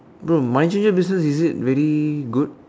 bro money changer business is it very good